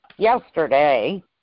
yesterday